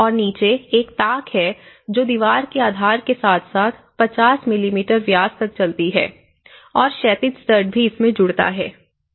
और नीचे एक ताक है जो दीवार के आधार के साथ साथ 50 मिमी व्यास तक चलती है और क्षैतिज स्टड भी इसमें जुड़ता है